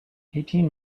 eighteen